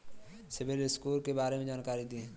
CIBIL score के बारे में जानकारी दें?